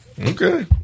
Okay